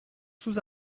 sous